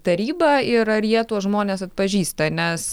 tarybą ir ar jie tuos žmones atpažįsta nes